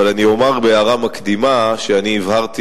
אבל אני אומר בהערה מקדימה שאני הבהרתי